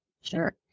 Sure